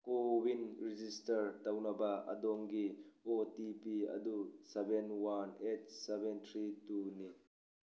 CoWIN register ꯇꯧꯅꯕ ꯑꯗꯣꯝꯒꯤ O T P ꯑꯗꯨ seven one eight seven three ꯇꯨꯅꯤ